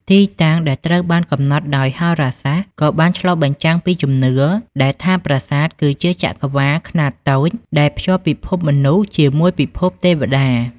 ទីតាំងដែលត្រូវបានកំណត់ដោយហោរាសាស្ត្រក៏បានឆ្លុះបញ្ចាំងពីជំនឿដែលថាប្រាសាទគឺជាចក្រវាឡខ្នាតតូចដែលភ្ជាប់ពិភពមនុស្សជាមួយពិភពទេវតា។